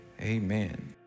Amen